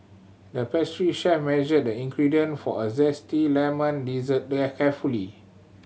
the pastry chef measured the ingredient for a zesty lemon dessert their carefully